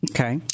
Okay